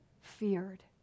feared